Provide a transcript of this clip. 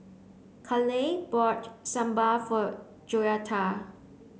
Kayleigh bought Sambar for Joetta